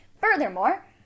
Furthermore